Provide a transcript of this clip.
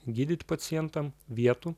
gydyti pacientam vietų